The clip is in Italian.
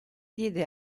diede